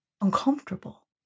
uncomfortable